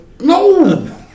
No